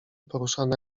poruszane